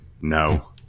No